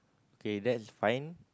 okay that's fine